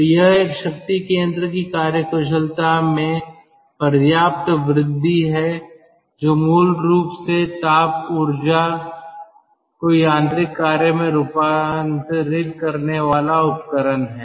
तो यह एक शक्ति केंद्र की कार्यकुशलता में पर्याप्त वृद्धि है जो जो मूल रूप से ताप ऊर्जा को यांत्रिक कार्य में रूपांतरित करने वाला उपकरण है